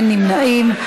אין נמנעים.